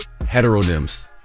heteronyms